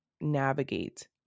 navigate